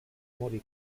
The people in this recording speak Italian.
morì